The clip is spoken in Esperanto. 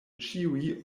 ĉiuj